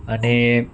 અને